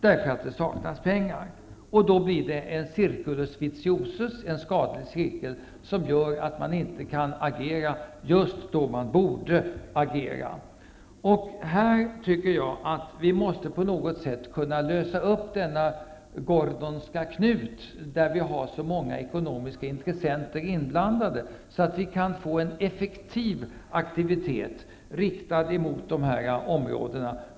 Det blir en circulus vitiosus, en skadlig cirkel, som gör att man inte kan agera just då man borde agera. Jag tycker att vi på något sätt måste kunna lösa upp den gordiska knuten. Vi har så många ekonomiska intressenter inblandade, men vi borde kunna få en effektiv aktivitet riktad emot dessa områden.